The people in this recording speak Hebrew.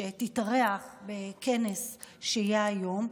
שתתארח בכנס שיהיה היום.